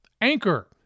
Anchor